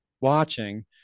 watching